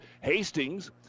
Hastings